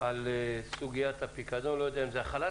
על סוגיית הפיקדון לא יודע אם זה החלת